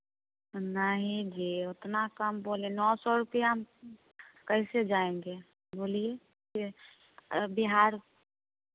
नहीं जी उतना कम बोले नौ सो रुपया कैसे जाएँगे बोलिए यह बिहार